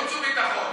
חוץ וביטחון.